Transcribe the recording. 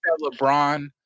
LeBron